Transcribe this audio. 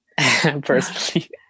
personally